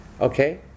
Okay